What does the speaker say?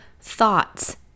thoughts